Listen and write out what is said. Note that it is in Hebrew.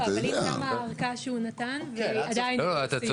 לא, אבל, אם גם ההארכה שהוא נתן, ועדיין לא סיימו.